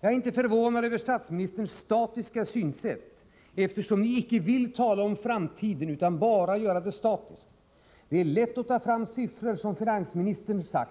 Jag är inte förvånad över statsministerns statiska synsätt — ni vill ju icke tala om framtiden utan har enbart en statisk syn. Det är lätt att ta fram siffror, som finansministern gjort,